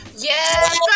Yes